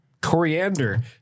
coriander